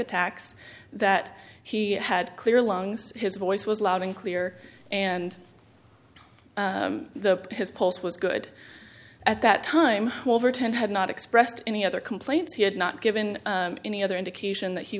attacks that he had clear lungs his voice was loud and clear and the his pulse was good at that time overton had not expressed any other complaints he had not given any other indication that he